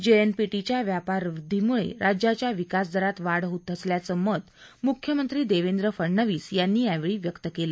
जेएनपीटीच्या व्यापारवृध्दीमुळे राज्याच्या विकास दरात वाढ होत असल्याचं मत मुख्यमंत्री देवेंद्र फडणवीस यांनी यावेळी व्यक्त केलं